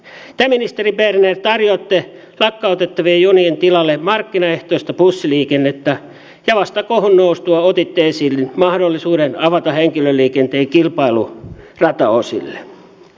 te ministeri berner tarjoatte lakkautettavien junien tilalle markkinaehtoista bussiliikennettä ja vasta kohun noustua otitte esiin mahdollisuuden avata henkilöliikenteen kilpailun rataosuuksilla